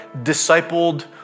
discipled